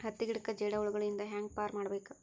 ಹತ್ತಿ ಗಿಡಕ್ಕೆ ಜೇಡ ಹುಳಗಳು ಇಂದ ಹ್ಯಾಂಗ್ ಪಾರ್ ಮಾಡಬೇಕು?